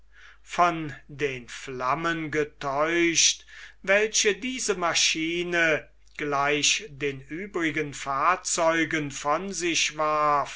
von den flammen getäuscht welche diese maschine gleich den übrigen fahrzeugen von sich warf